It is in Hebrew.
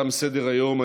תם סדר-היום.